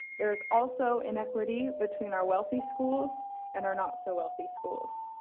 there is also inequity between our wealthy schools and are not so wealthy schools.